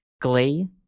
Glee